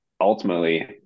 ultimately